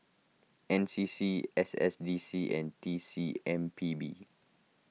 N C C S S D C and T C M P B